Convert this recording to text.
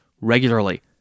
regularly